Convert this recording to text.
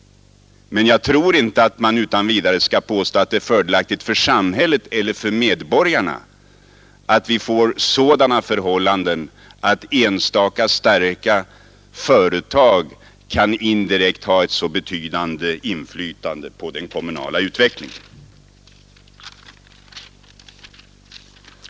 Men jag tror inte att man utan vidare kan påstå att det är fördelaktigt för samhället eller för medborgarna att enstaka starka företag indirekt kan ha ett så stort inflytande på den kommunala utvecklingen.